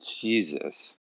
Jesus